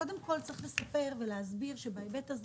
קודם כול צריך לספר ולהסביר שבהיבט הזה